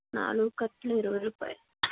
నాలుగు కట్టలు ఇరవై రూపాయలు